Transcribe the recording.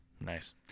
Nice